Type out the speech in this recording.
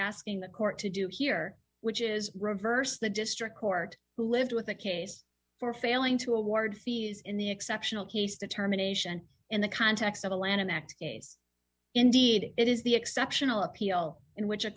asking the court to do here which is reverse the district court who lived with the case for failing to award fees in the exceptional case determination in the context of a lanham act case indeed it is the exceptional appeal in which a